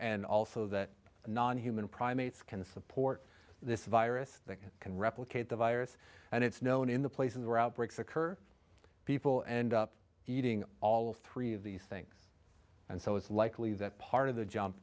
and also that non human primates can support this virus that can replicate the virus and it's known in the places where outbreaks occur people end up eating all three of these things and so it's likely that part of the ju